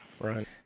Right